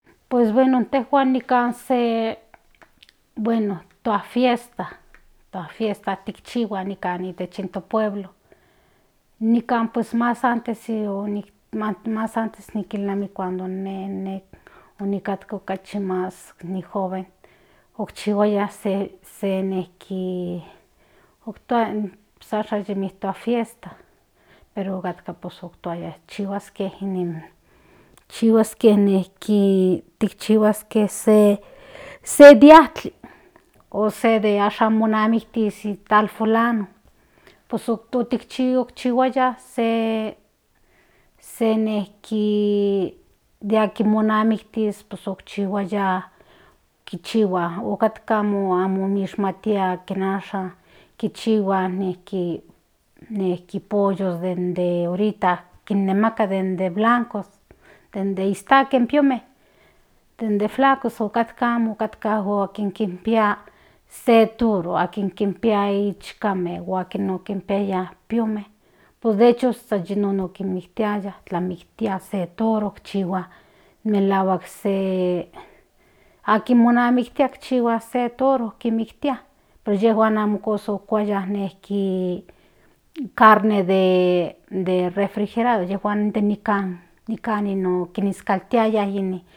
Pues bueno nika se pues toa fiesta tikchihua itech nika to pueblo nikan mas antes nikilnamiki cuando ine onikajka mas muy joven okchihuaya se nijki otoaya puas ashan yi mitoa fiesta pero otkatka pues otoaya chihuaske se diajtli os de ashan monamikis tiktal folano pues okchihuaya se nijki de akin monamiktia okchihuaya kihihua otkatka amo momishmatia kin ashan kichihua nijki pollos de ahorita kinemaka de blanco de iztakle in piome den de flacos otkatka amo otkatka amo akin kipa se toro akin kinpia se in chikame o akin okinpiaya piome pues de hecho san ti non nikinmiktiaya mimiktia se toro chihua melahuak se akin monamiktia chihua se toro kinmiktia pues yejuan amo kosa otkuaya nijki carne de refrijeriado nejki nikan kinshkaltiaya nejki